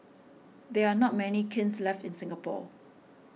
there are not many kilns left in Singapore